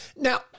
Now